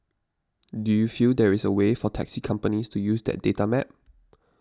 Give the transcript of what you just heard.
do you feel there is a way for taxi companies to use that data map